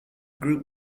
group